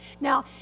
Now